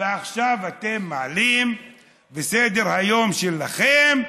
ועכשיו אתם מעלים בסדר-היום שלכם,